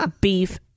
beef